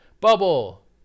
Bubble